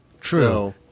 True